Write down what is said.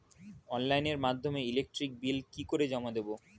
অনলাইনের মাধ্যমে electric bill কি করে জমা দেবো?